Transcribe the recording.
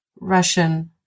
Russian